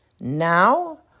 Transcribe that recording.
Now